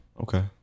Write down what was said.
Okay